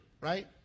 right